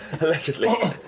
Allegedly